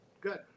good